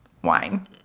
wine